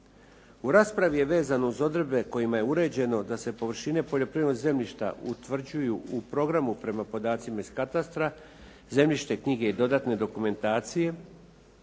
U raspravi je vezano uz odredbe kojima je uređeno da se površine poljoprivrednog zemljišta utvrđuju u programu prema podacima iz katastra, zemljišne knjige i dodatne dokumentacije,